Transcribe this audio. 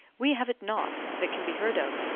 we have it not, that can be heard of,